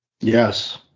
Yes